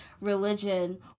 religion